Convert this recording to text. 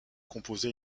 composé